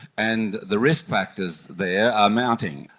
and the risk factors there are mounting,